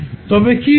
তবে কী হবে